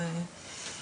תודה.